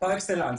ההבדל הוא דרמטי.